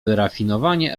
wyrafinowanie